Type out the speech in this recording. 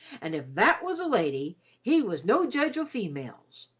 and if that was a lady he was no judge o' females.